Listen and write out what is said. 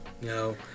no